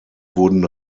wurden